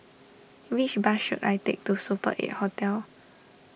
which bus should I take to Super eight Hotel